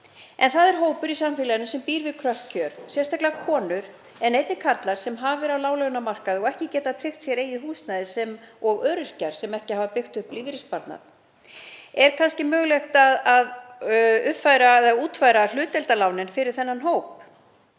En það er hópur í samfélaginu sem býr við kröpp kjör, sérstaklega konur en einnig karlar sem hafa verið á láglaunamarkaði og ekki getað tryggt sér eigið húsnæði sem og öryrkjar sem ekki hafa byggt upp lífeyrissparnað. Er kannski mögulegt að uppfæra eða útfæra hlutdeildarlánin fyrir þennan hóp?